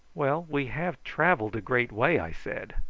well, we have travelled a great way, i said.